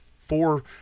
four